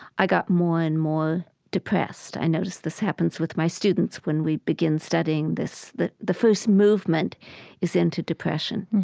i got more and more depressed. i noticed this happens with my students when we begin studying this. the the first movement is into depression